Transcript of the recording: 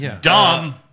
Dumb